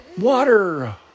Water